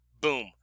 Boom